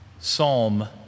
Psalm